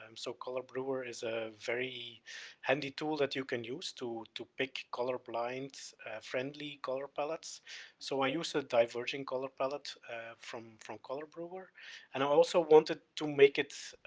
um so, colorbrewer is a very handy tool that you can use to, to pick colour-blind-friendly like colour palettes so i use a diverging colour palette from from colorbrewer and i also wanted to make it,